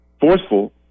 forceful